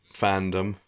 fandom